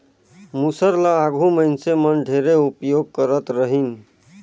मूसर ल आघु मइनसे मन ढेरे उपियोग करत रहिन